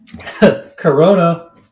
Corona